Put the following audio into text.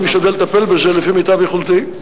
אני משתדל לטפל בזה לפי מיטב יכולתי,